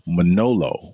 Manolo